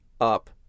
up